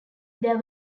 there